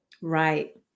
right